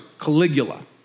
Caligula